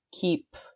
keep